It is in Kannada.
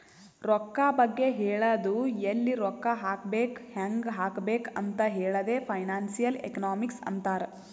ರೊಕ್ಕಾ ಬಗ್ಗೆ ಹೇಳದು ಎಲ್ಲಿ ರೊಕ್ಕಾ ಹಾಕಬೇಕ ಹ್ಯಾಂಗ್ ಹಾಕಬೇಕ್ ಅಂತ್ ಹೇಳದೆ ಫೈನಾನ್ಸಿಯಲ್ ಎಕನಾಮಿಕ್ಸ್ ಅಂತಾರ್